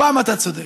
הפעם אתה צודק.